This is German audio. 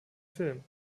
filmen